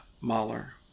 Mahler